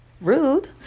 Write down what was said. Rude